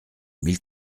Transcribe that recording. mille